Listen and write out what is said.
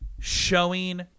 showing